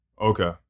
Okay